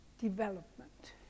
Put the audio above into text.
development